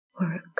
work